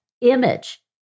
image